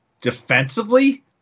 defensively